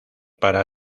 para